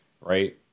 right